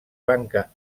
banca